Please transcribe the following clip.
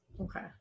Okay